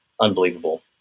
unbelievable